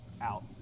out